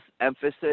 emphasis